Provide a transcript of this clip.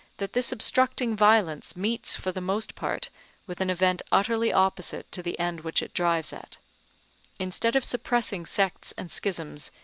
that this obstructing violence meets for the most part with an event utterly opposite to the end which it drives at instead of suppressing sects and schisms,